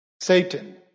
Satan